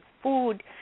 food